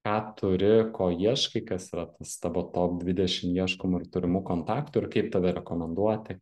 ką turi ko ieškai kas yra tas tavo top dvidešim ieškomų ir turimų kontaktų ir kaip tave rekomenduoti